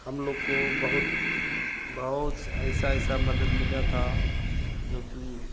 हम लोग को बहुत बहुत ऐसी ऐसी मदद मिली थी जोकि